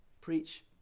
Preach